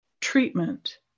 treatment